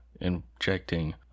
injecting